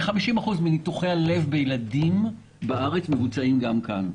כ-50% מניתוחי הלב בילדים בארץ מבוצעים כאן.